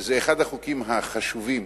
זה אחד החוקים החשובים